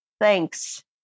thanks